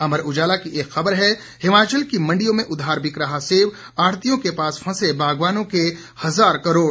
अमर उजाला की एक खबर है हिमाचल की मंडियों में उधार बिक रहा सेब आढ़तियों के पास फंसे बागवानों के हजार करोड़